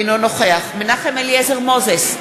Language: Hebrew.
אינו נוכח מנחם אליעזר מוזס,